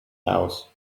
house